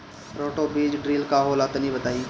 Roto बीज drill का होला तनि बताई?